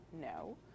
no